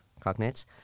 cognates